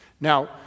Now